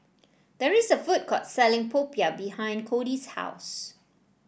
there is a food court selling Popiah behind Codi's house